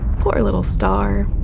poor little star.